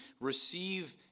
receive